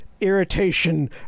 irritation